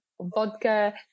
vodka